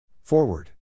Forward